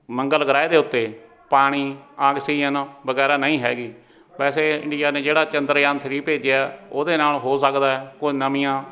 ਮੰਗਲ ਗ੍ਰਹਿ ਦੇ ਉੱਤੇ ਪਾਣੀ ਆਕਸੀਜਨ ਵਗੈਰਾ ਨਹੀਂ ਹੈਗੀ ਵੈਸੇ ਇੰਡੀਆ ਨੇ ਜਿਹੜਾ ਚੰਦਰਯਾਨ ਥਰੀ ਭੇਜਿਆ ਉਹਦੇ ਨਾਲ ਹੋ ਸਕਦਾ ਕੋਈ ਨਵੀਆਂ